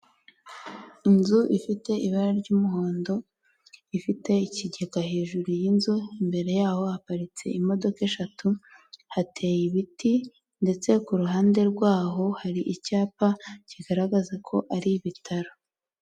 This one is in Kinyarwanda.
Inzu ifite ibara ry'umuhondo, ifite ikigega hejuru y'inzu, imbere yaho haparitse imodoka eshatu, hateye ibiti, ndetse ku ruhande rwaho hari icyapa kigaragaza ko ari ibitaro.